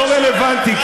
לא רלוונטי,